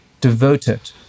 devoted